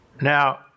Now